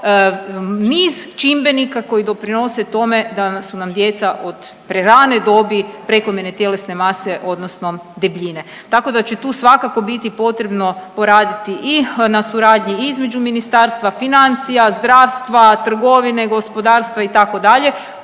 niz čimbenika koji doprinose tome da su nam djeca od prerane dobi prekomjerne tjelesne mase odnosno debljine. Tako da će tu svakako biti potrebno poraditi i na suradnji između Ministarstva financija, zdravstva, trgovine, gospodarstva itd.